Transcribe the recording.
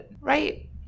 right